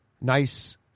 Nice